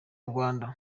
rwanda